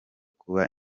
kuba